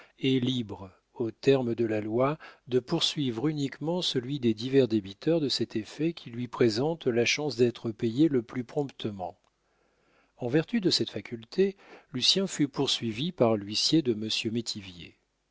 est libre aux termes de la loi de poursuivre uniquement celui des divers débiteurs de cet effet qui lui présente la chance d'être payé le plus promptement en vertu de cette faculté lucien fut poursuivi par l'huissier de monsieur